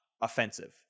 offensive